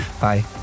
Bye